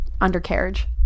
undercarriage